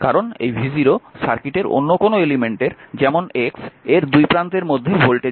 কারণ এই v0 সার্কিটের অন্য কোনো এলিমেন্টের যেমন x এর দুই প্রান্তের মধ্যে ভোল্টেজের ফাংশন